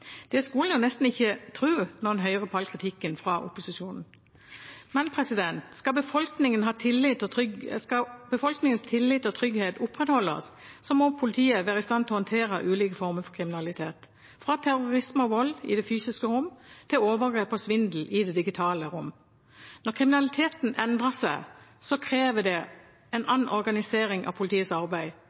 Det skulle en nesten ikke tro når en hører på all kritikken fra opposisjonen. Skal befolkningens tillit og trygghet opprettholdes, må politiet være i stand til å håndtere ulike former for kriminalitet – fra terrorisme og vold i det fysiske rom til overgrep og svindel i det digitale rom. Når kriminaliteten endrer seg, krever det en annen organisering av politiets arbeid,